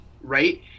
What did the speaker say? right